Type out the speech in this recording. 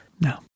No